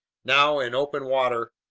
now in open water,